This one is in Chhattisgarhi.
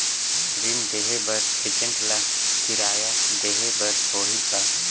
ऋण देहे बर एजेंट ला किराया देही बर होही का?